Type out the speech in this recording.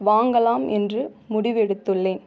வாங்கலாம் என்று முடிவெடுத்துள்ளேன்